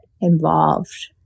involved